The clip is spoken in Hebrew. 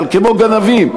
אבל כמו גנבים,